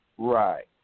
Right